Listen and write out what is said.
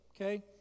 okay